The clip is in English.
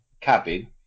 cabin